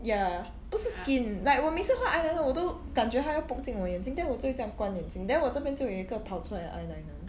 ya 不是 skin like 我每次画 eyeliner 我都感觉它会 poke 进我眼睛 then 我就会这样关眼睛 then 我这边就有一个跑出来的 eyeliner